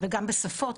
וגם בשפות,